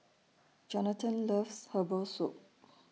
Johathan loves Herbal Soup